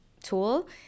tool